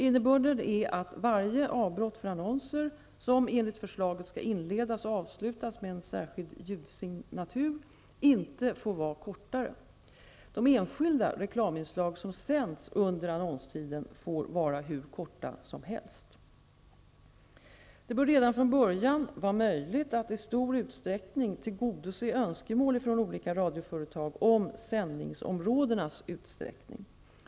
Innebörden är att varje avbrott för annonser, som enligt förslaget skall inledas och avslutas med en särskild ljudsignatur, inte får vara kortare. De enskilda reklaminslag som sänds under annonstiden får vara hur korta som helst. Det bör redan från början vara möjligt att i stor utsträckning tillgodose önskemål från olika radioföretag om sändningsområdenas utsträckning.